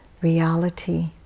reality